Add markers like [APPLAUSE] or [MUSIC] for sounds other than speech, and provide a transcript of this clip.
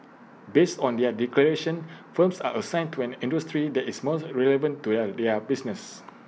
based on their declarations firms are assigned to an industry that is most relevant to [UNINTELLIGIBLE] their business